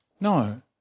No